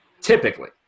typically